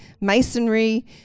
masonry